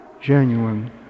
genuine